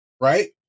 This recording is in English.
right